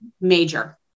major